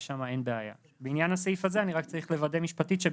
אבל בעניין הסעיף הזה אני צריך לוודא משפטית אם